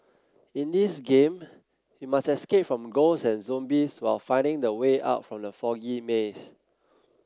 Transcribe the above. in this game you must escape from ghosts and zombies while finding the way out from the foggy maze